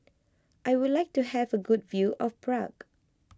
I would like to have a good view of Prague